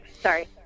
Sorry